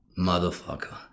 motherfucker